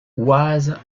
oise